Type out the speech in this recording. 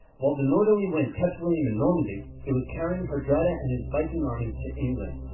while the northerly wind kept william in normandy, it was carrying hardrada and his viking army to england.